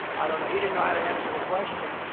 i don't know. he didn't know how to answer the question.